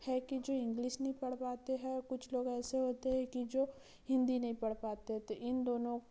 हैं कि जो इंग्लिश नहीं पढ़ पाते हैं कुछ लोग ऐसे होते हैं कि जो हिंदी नहीं पढ़ पाते तो इन दोनों